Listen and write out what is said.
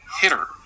hitter